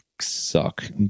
suck